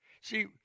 See